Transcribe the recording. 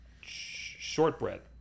Shortbread